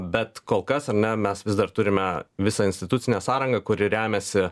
bet kol kas ar ne mes vis dar turime visą institucinę sąrangą kuri remiasi